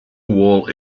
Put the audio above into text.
wall